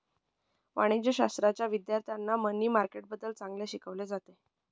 वाणिज्यशाश्राच्या विद्यार्थ्यांना मनी मार्केटबद्दल चांगले शिकवले जाते